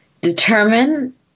determine